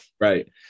Right